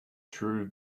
true